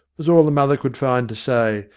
was all the mother could find to say,